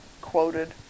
quoted